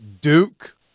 Duke